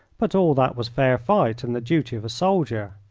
but all that was fair fight and the duty of a soldier.